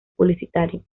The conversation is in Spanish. publicitario